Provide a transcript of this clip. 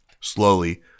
Slowly